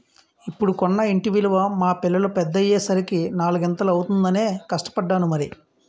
ఇప్పుడు కొన్న ఇంటి విలువ మా పిల్లలు పెద్దయ్యే సరికి నాలిగింతలు అవుతుందనే కష్టపడ్డాను మరి